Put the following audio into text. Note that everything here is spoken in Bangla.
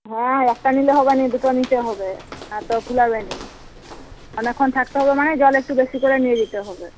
হ্যাঁ একটা নিলে হবে না দুটো নিতে হবে না তো কুলাবে না অনেকক্ষণ থাকতে হবে মানে জল একটু বেশি করে নিয়ে যেতে হবে